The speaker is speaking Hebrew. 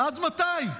עד מתי?